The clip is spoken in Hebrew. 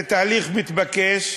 זה תהליך מתבקש,